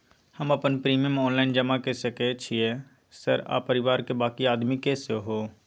हम अपन premium online जमा के सके छियै सर आ परिवार के बाँकी आदमी के सेहो?